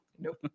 Nope